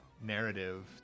narrative